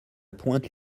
pointe